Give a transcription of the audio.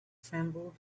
trembled